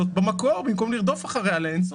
במקום וזאת במקום לרדוף אחריה לאין סוף.